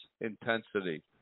intensity